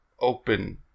open